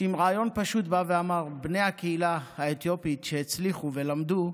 שעם רעיון פשוט בא ואמר: בני הקהילה האתיופית שהצליחו ולמדו,